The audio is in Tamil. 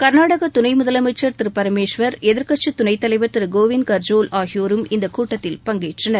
கர்நாடக துணைமுதலமைச்சர் திரு பரமேஸ்வர் எதிர்க்கட்சித்துணைத்தலைவர் திரு கோவிந்த் கர்ஜோல் ஆகியோரும் இந்த கூட்டத்தில் பங்கேற்றனர்